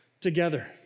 together